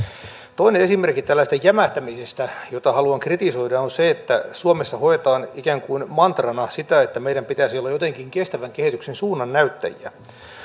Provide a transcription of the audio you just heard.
toinen esimerkki tällaisesta jämähtämisestä jota haluan kritisoida on se että suomessa hoetaan ikään kuin mantrana sitä että meidän pitäisi olla jotenkin kestävän kehityksen suunnannäyttäjiä